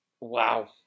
Wow